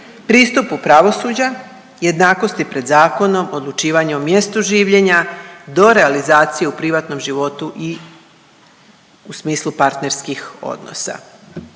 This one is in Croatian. pristupu pravosuđa, jednakosti pred zakonom, odlučivanje o mjestu življenja do realizacije u privatnom životu i u smislu partnerskih odnosa.